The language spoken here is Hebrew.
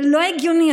זה לא הגיוני.